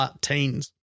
teens